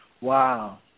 Wow